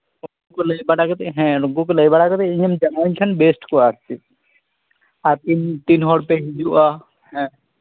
ᱩᱱᱠᱩ ᱠᱚ ᱞᱟᱹᱭ ᱵᱟᱲᱟ ᱠᱟᱛᱮ ᱦᱮᱸ ᱩᱱᱠᱩ ᱠᱚ ᱞᱟᱹᱭ ᱵᱟᱲᱟ ᱠᱟᱛᱮ ᱤᱧ ᱦᱚᱸᱢ ᱡᱟᱱᱟᱣᱤᱧ ᱠᱷᱟᱱ ᱵᱮᱥᱴ ᱠᱚᱜᱼᱟ ᱟᱨᱠᱤ ᱟᱨ ᱛᱤᱱ ᱛᱤᱱ ᱦᱚᱲ ᱯᱮ ᱦᱤᱡᱩᱜᱼᱟ ᱦᱮᱸ